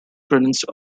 pronounced